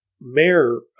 mayor